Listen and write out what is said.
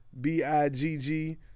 B-I-G-G